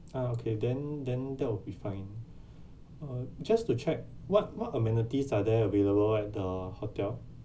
uh okay then then that will be fine uh just to check what what amenities are there available at the hotel